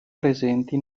presenti